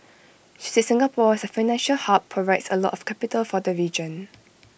she said Singapore as A financial hub provides A lot of capital for the region